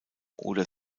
oder